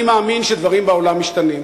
אני מאמין שדברים בעולם משתנים,